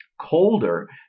colder